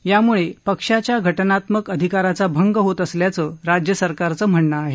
यामुळे पक्षाच्या घटनात्मक अधिकाराचा भंग होत असल्याचं राज्य सरकारचं म्हणणं आहे